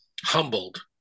humbled